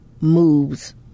moves